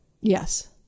Yes